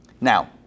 Now